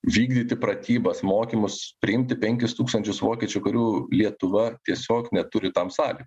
vykdyti pratybas mokymus priimti penkis tūkstančius vokiečių karių lietuva tiesiog neturi tam sąlygų